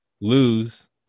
lose